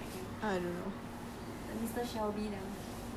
the very british british [one] like gang [one] that kind